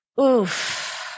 Oof